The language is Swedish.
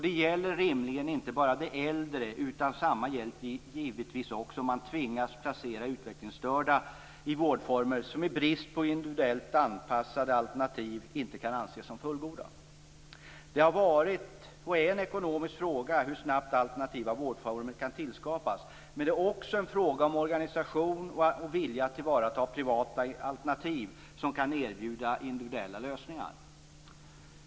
Det gäller rimligen inte bara de äldre. Detsamma gäller givetvis också om man tvingas att placera utvecklingsstörda i vårdformer som i brist på individuellt anpassade alternativ inte kan anses som fullgoda. Det har varit och är en ekonomisk fråga hur snabbt alternativa vårdformer kan skapas. Men det är också en fråga om organisation och vilja att tillvarata privata alternativ som kan erbjuda individuella lösningar.